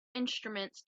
instruments